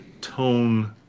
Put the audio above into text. tone